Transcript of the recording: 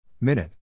Minute